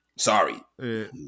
Sorry